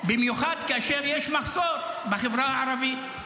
במיוחד כאשר יש מחסור בחברה הערבית?